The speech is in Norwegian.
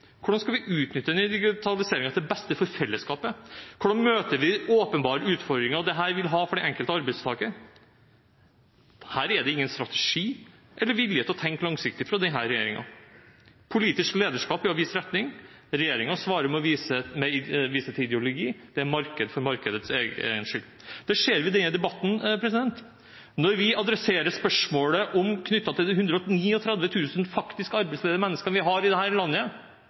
Hvordan skal vi utnytte digitaliseringen til beste for fellesskapet? Hvordan møter vi de åpenbare utfordringene dette vil ha for den enkelte arbeidstaker? Her er det ingen strategi eller vilje til å tenke langsiktig fra denne regjeringen. Politisk lederskap er å vise retning. Regjeringen svarer med å vise til ideologi – det er marked for markedets egen skyld. Det ser vi i denne debatten. Når vi adresserer spørsmålet knyttet til de 139 000 faktisk arbeidsledige menneskene vi har i dette landet,